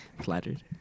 Flattered